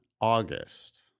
August